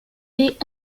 est